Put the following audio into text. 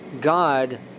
God